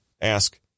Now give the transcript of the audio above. Ask